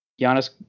Giannis